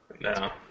No